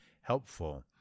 helpful